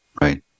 right